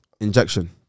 Injection